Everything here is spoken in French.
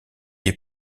est